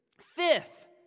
Fifth